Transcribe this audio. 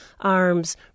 arms